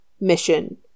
mission